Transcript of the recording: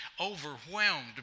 overwhelmed